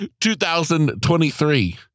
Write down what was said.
2023